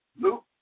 Luke